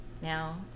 now